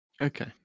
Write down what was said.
Okay